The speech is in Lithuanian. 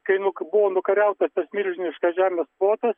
kai nu buvo nukariautas tas milžiniškas žemės plotas